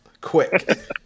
Quick